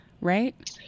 right